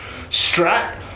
strat